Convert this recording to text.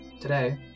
today